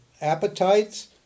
appetites